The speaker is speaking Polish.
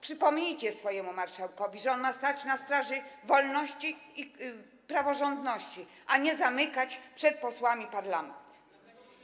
Przypomnijcie swojemu marszałkowi, że on ma stać na straży wolności i praworządności, a nie zamykać przed posłami parlament.